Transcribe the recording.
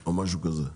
כן,